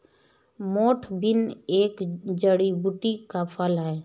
मोठ बीन एक जड़ी बूटी का फल है